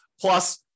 Plus